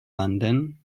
london